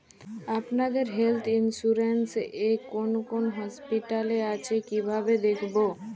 আপনাদের health insurance এ কোন কোন হসপিটাল আছে কিভাবে দেখবো?